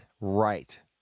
right